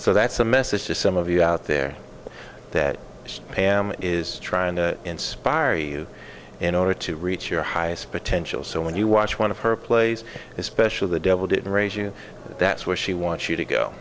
so that's a message to some of you out there that pam is trying to inspire you in order to reach your highest potential so when you watch one of her plays especially the devil did raise you that's where she wants